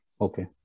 Okay